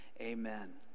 amen